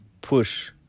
push